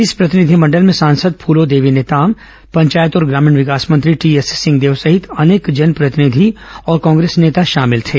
इस प्रतिनिधिमंडल में सांसद फूलोदेवी नेताम पंचायत और ग्रामीण विकास मंत्री टीएस सिंहदेव सहित अनेक जनप्रतिनिध और कांग्रेस नेता शामिल थे